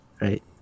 Right